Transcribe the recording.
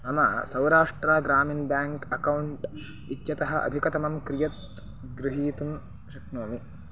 मम सौराष्ट्रा ग्रामीणः bank account इत्यतः अधिकतमं कियत् गृहीतुं शक्नोमि